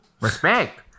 Respect